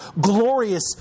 glorious